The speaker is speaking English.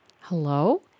Hello